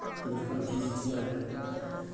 कबीरपन्थीसँ जुड़य लए